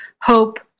Hope